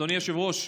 אדוני היושב-ראש,